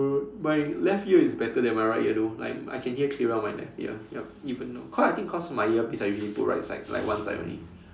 what my left ear is better than my right ear though like I can hear clearer on my left ear yup even though cause I think cause my earpiece I usually put right side like one side only